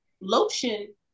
lotion